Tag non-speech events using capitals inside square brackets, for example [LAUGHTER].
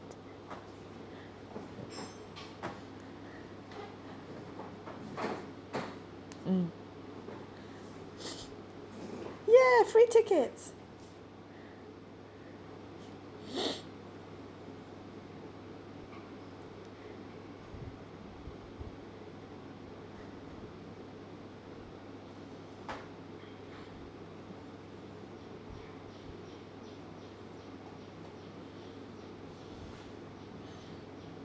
mm [BREATH] yeah free tickets [BREATH]